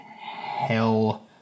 hell